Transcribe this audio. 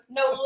no